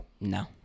No